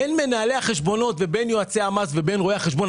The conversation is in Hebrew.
בין מנהלי החשבונות ובין יועצי המס ובין רואה החשבון,